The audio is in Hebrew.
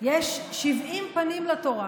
יש שבעים פנים לתורה.